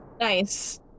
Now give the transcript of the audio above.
Nice